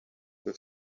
with